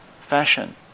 fashion